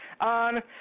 on